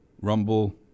Rumble